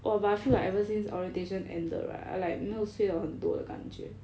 !wah! but I feel like ever since orientation ended right I like 没有睡到很多的感觉